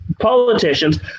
politicians